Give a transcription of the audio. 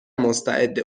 مستعد